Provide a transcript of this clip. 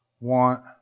want